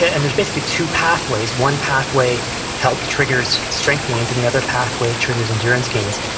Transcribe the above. and there's basically two pathways. one pathway help triggers strength gains and the other pathway triggers endurance gains.